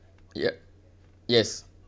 ya yes